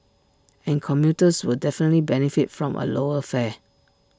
and commuters will definitely benefit from A lower fare